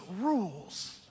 rules